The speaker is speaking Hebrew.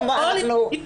אורלי,